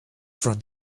from